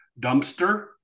dumpster